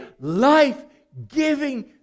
life-giving